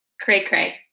cray-cray